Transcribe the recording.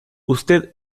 usted